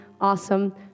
awesome